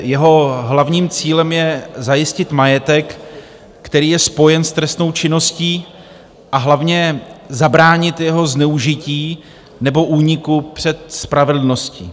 Jeho hlavním cílem je zajistit majetek, který je spojen s trestnou činností, a hlavně zabránit jeho zneužití nebo úniku před spravedlností.